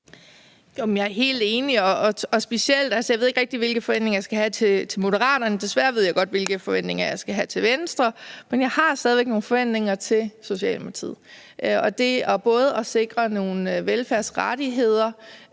Jeg er helt enig. Altså, jeg ved ikke rigtig, hvilke forventninger jeg skal have til Moderaterne, desværre ved jeg godt, hvilke forventninger jeg skal have til Venstre, men jeg har stadig væk nogle forventninger til Socialdemokratiet, og det handler om både at sikre nogle velfærdsrettigheder,